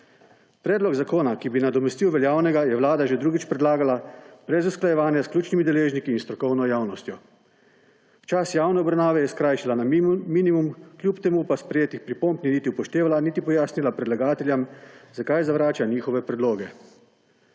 Predlog zakona, ki bi nadomestil veljavnega, je Vlada že drugič predlagala brez usklajevanja s ključnimi deležniki in strokovno javnostjo. Čas javne obravnave je skrajšala na minimum, kljub temu pa sprejetih pripomb ni niti upoštevala niti pojasnila predlagateljem, zakaj zavrača njihove predloge.